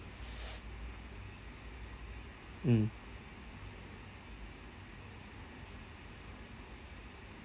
mm